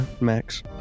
Max